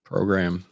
Program